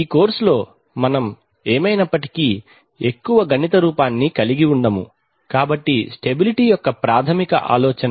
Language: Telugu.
ఈ కోర్సులో మనం ఏమైనప్పటికీ ఎక్కువ గణిత రూపాన్ని కలిగి ఉండము కాబట్టి ఇది స్టెబిలిటీ యొక్క ప్రాథమిక ఆలోచన